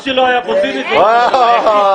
היחיד שלא היה פה ציני זה ראש הממשלה.